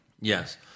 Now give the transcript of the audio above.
Yes